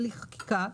חקיקה.